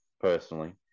personally